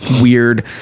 weird